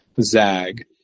zag